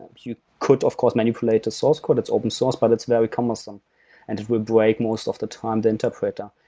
you could of course manipulate the source code, it's open source, but it's very cumbersome and it will break most of the time the interpreter.